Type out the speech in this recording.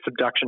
subduction